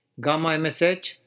gamma-MSH